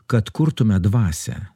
kad kurtume dvasią